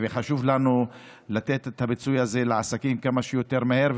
וחשוב לנו לתת את הפיצוי הזה לעסקים כמה שיותר מהר,